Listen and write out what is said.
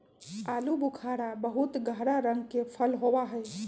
आलू बुखारा बहुत गहरा लाल रंग के फल होबा हई